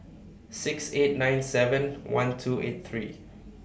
six eight nine seven one two eight three